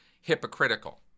hypocritical